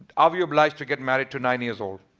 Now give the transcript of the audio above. are we obliged to get married to nine years old?